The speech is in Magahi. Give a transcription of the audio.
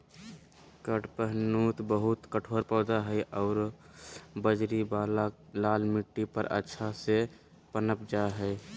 कडपहनुत बहुत कठोर पौधा हइ आरो बजरी वाला लाल मिट्टी पर अच्छा से पनप जा हइ